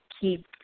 keep